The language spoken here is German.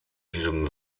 diesem